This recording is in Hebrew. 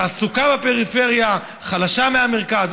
התעסוקה בפריפריה חלשה מהמרכז,